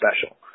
special